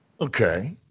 Okay